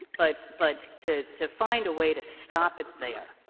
but but to to find a way to stop it there.